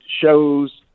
shows